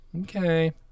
okay